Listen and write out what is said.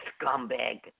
scumbag